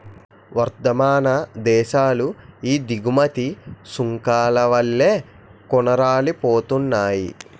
వర్థమాన దేశాలు ఈ దిగుమతి సుంకాల వల్లే కూనారిల్లిపోతున్నాయి